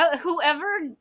Whoever